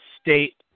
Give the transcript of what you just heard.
state